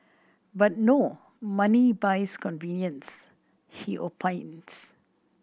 but no money buys convenience he opines